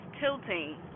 tilting